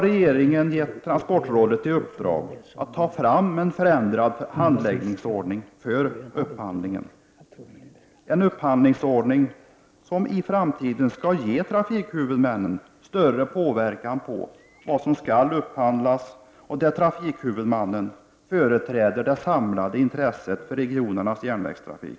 Regeringen har nu gett transportrådet i uppdrag att ta fram en förändrad handläggningsordning för upphandlingen, en upphandlingsordning som i framtiden skall ge trafikhuvudmännen större möjligheter att påverka vad som skall upphandlas. Trafikhuvudmännen skall företräda det samlade intresset för regionernas järnvägstrafik.